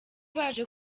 baje